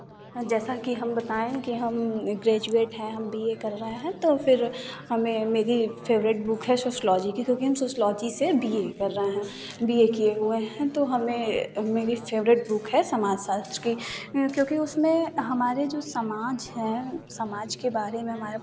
जैसा कि हम बताएँ हैं कि हम ग्रेजुएट हैं हम बी ए कर रहे हैं तो फिर हमें मेरी फेवरेट बुक है सोशलॉजी क्योंकि हम सोशलॉजी से बी ए कर रहें हैं बी ए किए हुए हैं तो हमें मेरी फेवरेट बुक है समाजशास्त्र की क्योंकि उसमें हमारे जो समाज है समाज के बारे में हमारे